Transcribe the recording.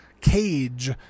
cage